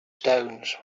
stones